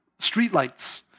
streetlights